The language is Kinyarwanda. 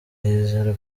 yizera